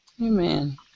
Amen